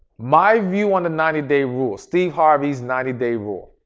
my view on the ninety day rule, steve harvey's ninety day rule.